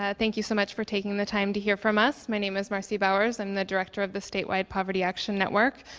ah thank you so much for taking the time to hear from us. my name is marcy bowers. i'm the director of the statewide poverty action network.